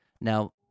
Now